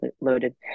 loaded